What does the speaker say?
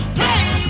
play